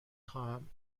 خواهم